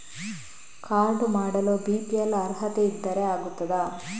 Card ಮಾಡಲು BPL ಅರ್ಹತೆ ಇದ್ದರೆ ಆಗುತ್ತದ?